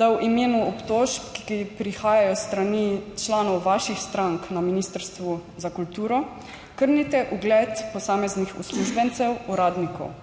da v imenu obtožb, ki prihajajo s strani članov vaših strank na Ministrstvu za kulturo, krnite ugled posameznih uslužbencev, uradnikov,